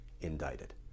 indicted